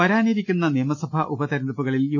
വരാനിരിക്കുന്ന നിയമസഭ ഉപതിരഞ്ഞെടുപ്പുകളിൽ യു